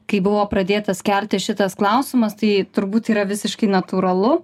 kai buvo pradėtas kelti šitas klausimas tai turbūt yra visiškai natūralu